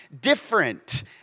different